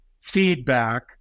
feedback